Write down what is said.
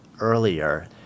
earlier